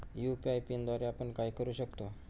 UPI पिनद्वारे आपण काय काय करु शकतो?